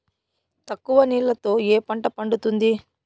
తక్కువ నీళ్లతో ఏ పంట పండుతుంది?